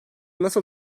nasıl